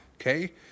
okay